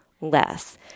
less